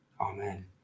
amen